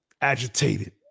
agitated